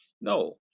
No